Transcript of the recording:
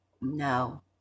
No